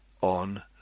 on